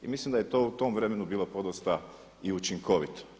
I mislim da je to u tom vremenu bilo podosta i učinkovito.